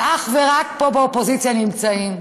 ואך ורק פה, באופוזיציה, נמצאים.